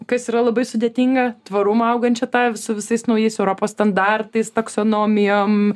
kas yra labai sudėtinga tvarumą augančią tą su visais naujais europos standartais taksonomijom